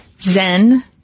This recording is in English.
Zen